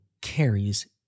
carries